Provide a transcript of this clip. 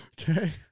okay